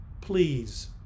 please